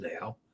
now